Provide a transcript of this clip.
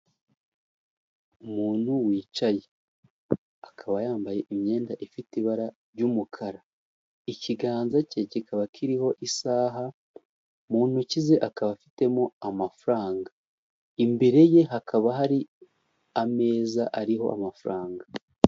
Umuntu wicaye, akaba yambaye imyenda ifite ibara ry'umukara, ikiganza cye kikaba kiriho isaha, mu ntoki ze akaba afitemo amafaranga, imbere ye hakaba hari ameza ariho amafaranga.